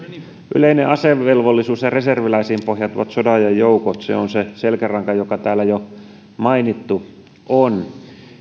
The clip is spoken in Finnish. yleinen asevelvollisuus ja reserviläisiin pohjautuvat sodanajan joukot se on se selkäranka joka täällä jo mainittu on